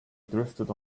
drifted